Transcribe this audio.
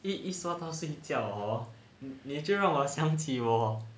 一一说到睡觉 hor 你就让我想起我